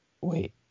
wait